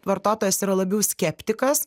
vartotojas yra labiau skeptikas